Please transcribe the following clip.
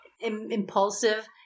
impulsive